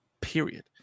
period